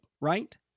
Right